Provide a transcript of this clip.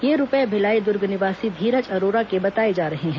यह रूपये भिलाई दुर्ग निवासी धीरज अरोरा का बताया जा रहा है